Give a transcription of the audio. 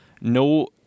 no